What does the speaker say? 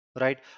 right